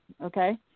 okay